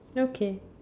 okay